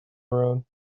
around